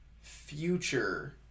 future